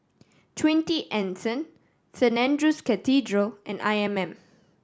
Twenty Anson Saint Andrew's Cathedral and I M M